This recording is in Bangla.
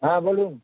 হ্যাঁ বলুন